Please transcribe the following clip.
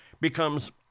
becomes